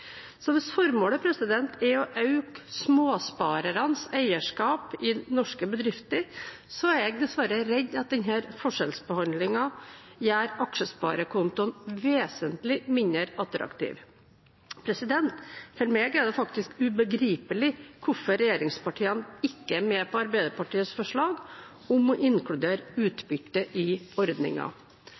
Hvis formålet er å øke småsparernes eierskap i norske bedrifter, er jeg dessverre redd for at denne forskjellsbehandlingen gjør aksjesparekontoen vesentlig mindre attraktiv. For meg er det ubegripelig hvorfor regjeringspartiene ikke er med på Arbeiderpartiets forslag om å inkludere utbytte i